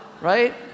Right